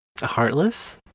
Heartless